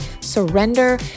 surrender